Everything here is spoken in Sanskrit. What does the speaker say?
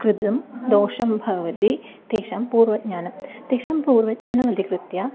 कृतः दोषः भवति तेषां पूर्वज्ञानं तेषां पूर्वज्ञानम् अधिकृत्य